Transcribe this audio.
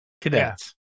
cadets